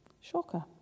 shocker